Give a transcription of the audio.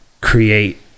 create